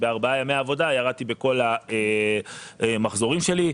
שבארבעה ימי עבודה ירדתי בכל המחזורים שלי.